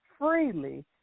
freely